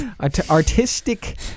artistic